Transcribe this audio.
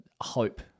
hope